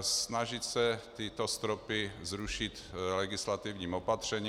snažit se tyto stropy zrušit legislativním opatřením.